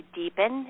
deepen